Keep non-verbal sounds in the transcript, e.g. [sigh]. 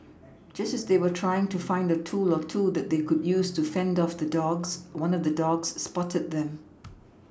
just as they were trying to find a tool or two that they could use to fend off the dogs one of the dogs spotted them [noise]